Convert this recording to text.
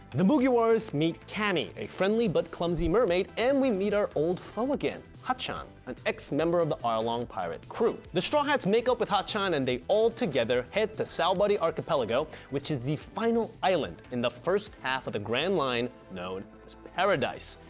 the mugiwaras meet camie, a friendly but clumsy mermaid and we meet our ol' foe again hatchan, an ex-member of the arlong pirate crew. the straw hats make up with hatchan and they all together head to sabaody archipelago which is the final island in the first half of the grand line known as paradise.